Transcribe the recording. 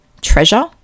treasure